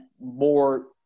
more